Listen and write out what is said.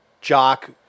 Jock